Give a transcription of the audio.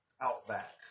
Outback